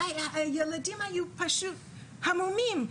הילדים היו המומים,